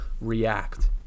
react